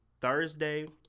Thursday